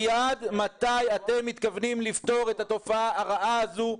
יעד מתי אתם מתכוונים לפתור את התופעה הרעה הזאת,